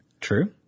True